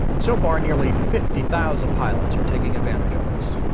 so far nearly fifty thousand pilots are taking advantage of it.